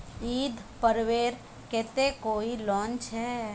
ईद पर्वेर केते कोई लोन छे?